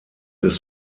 ist